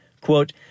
quote